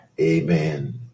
amen